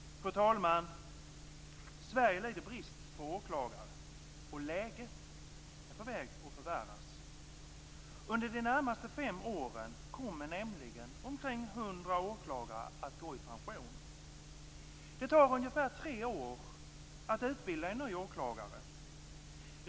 Fru talman! Sverige lider brist på åklagare, och läget är på väg att förvärras. Under de närmaste fem åren kommer nämligen omkring 100 åklagare att gå i pension. Det tar ungefär tre år att utbilda en ny åklagare.